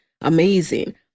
amazing